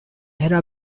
era